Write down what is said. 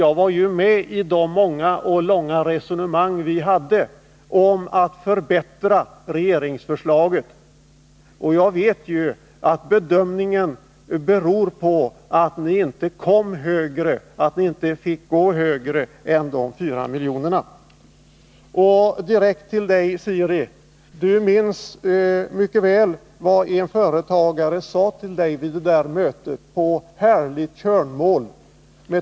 Jag var med vid de långa och många resonemang vi hade om att förbättra regeringsförslaget. Och jag vet att bedömningen beror på att ni inte fick gå högre än de fyra miljonerna. Direkt till Siri Häggmark vill jag återge det som en företagare vid mötet sade till henne.